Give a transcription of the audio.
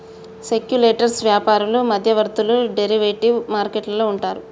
speculators వ్యాపారులు మధ్యవర్తులు derivative market లో ఉంటారు